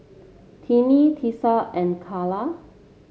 Tinie Tessa and Calla